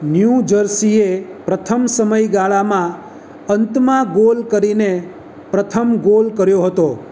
new જર્સીએ પ્રથમ સમયગાળામાં અંતમાં ગોલ કરીને પ્રથમ ગોલ કર્યો હતો